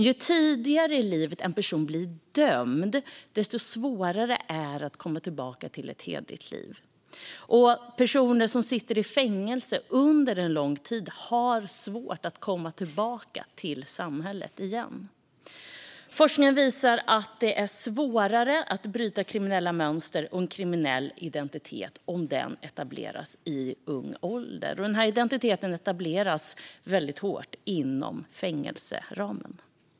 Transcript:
Ju tidigare i livet en person blir dömd, desto svårare blir det att leva hederligt, och personer som sitter länge i fängelse har svårt att komma tillbaka ut i samhället igen. Forskning visar att det är svårare att bryta kriminella mönster och en kriminell identitet om den etableras i ung ålder, och en sådan identitet etableras starkt i fängelse.